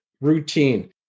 routine